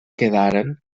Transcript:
quedaren